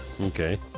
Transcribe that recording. Okay